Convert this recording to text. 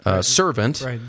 servant